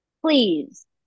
please